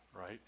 Right